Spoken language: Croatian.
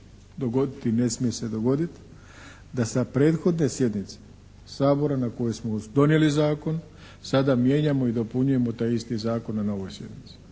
ne smije se dogodit da sa prethodne sjednice Sabora na kojoj smo donijeli zakon sada mijenjamo i dopunjujemo taj isti zakon na novoj sjednici.